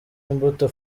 imbuto